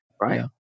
right